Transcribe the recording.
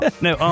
No